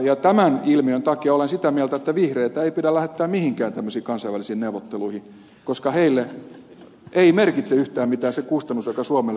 tämän ilmiön takia olen sitä mieltä että vihreitä ei pidä lähettää mihinkään tämmöisiin kansainvälisiin neuvotteluihin koska heille ei merkitse yhtään mitään se kustannus joka suomelle ja suomalaisille tulee